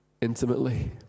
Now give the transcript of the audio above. intimately